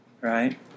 Right